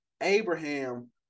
Abraham